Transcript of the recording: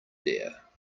there